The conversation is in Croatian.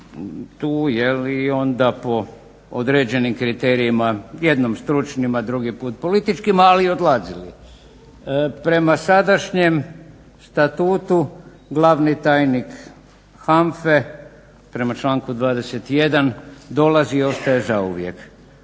tu jel i onda po određenim kriterijima jednom stručnim, a drugi put političkim ali odlazili. Prema sadašnjem statutu glavni tajnik HANFA-e prema članku 21. dolazi i ostaje zauvijek.